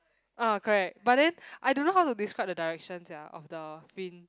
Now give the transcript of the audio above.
ah correct but then I don't know how to describe the direction sia of the fin